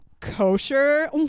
Kosher